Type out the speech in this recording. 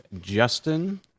justin